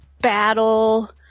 battle